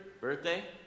birthday